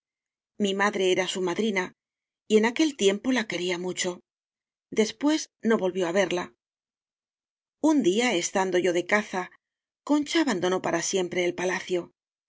mi madre era su madrina y en aquel tiempo la quería mucho después no volvió á verla un dia estando yo de caza concha abandonó para siempre el palacio